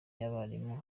y’abarimu